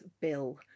bill